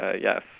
yes